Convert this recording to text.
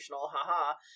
haha